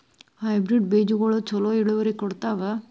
Hybrid ಬೇಜಗೊಳು ಛಲೋ ಇಳುವರಿ ಕೊಡ್ತಾವ?